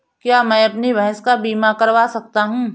क्या मैं अपनी भैंस का बीमा करवा सकता हूँ?